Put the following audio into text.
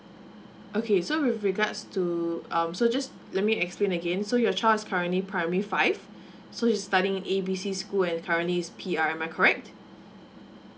okay so with regards to um so just let me explain again so your child is currently primary five so he's studying A B C school and currently is P_R am I correct